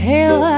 Hail